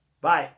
Bye